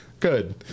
Good